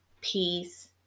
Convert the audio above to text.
peace